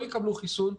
לא יקבלו חיסון,